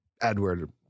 Edward